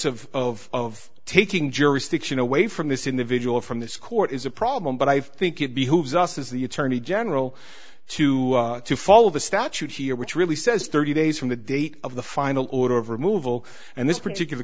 of of taking jurisdiction away from this individual from this court is a problem but i think it behooves us as the attorney general to to follow the statute here which really says thirty days from the date of the final order of removal and this particular